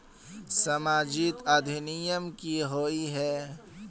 सामाजिक अधिनियम की होय है?